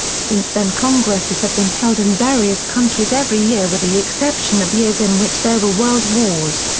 since then congresses have been held in various countries every year with the exception of years in which there were world wars.